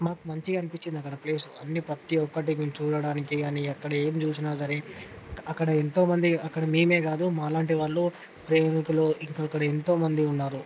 మాకు మంచిగా అనిపించింది అక్కడ ప్లేసు అన్ని ప్రతి ఒక్కటి మేము చూడటానికి కానీ అక్కడ ఏమి చూసినా సరే అక్కడ ఎంతోమంది అక్కడ మేమే కాదు మాలాంటి వాళ్ళు ప్రేమికులు ఇంకొకరు ఎంతమంది ఉన్నారు